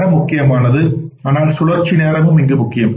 தரம் முக்கியமானது ஆனால் சுழற்சி நேரமும் இங்கு முக்கியம்